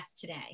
today